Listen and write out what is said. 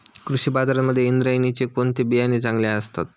कृषी बाजारांमध्ये इंद्रायणीचे कोणते बियाणे चांगले असते?